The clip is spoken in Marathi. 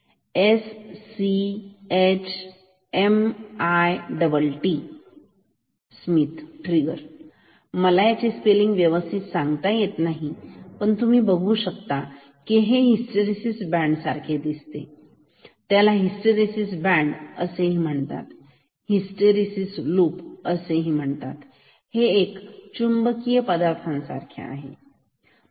S C H M I double T trigger मला याची स्पेलिंग व्यवस्थित सांगता येत नाही तुम्ही बघू शकता हे हिस्टरीसिस बँड सारखे दिसते त्याला हिस्टरीसिस बँड असे म्हणतात हिस्टरीसिस लूप असेही म्हणतात हे चुंबकीय पदार्थां सारखेच आहे बरोबर